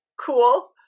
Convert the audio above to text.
cool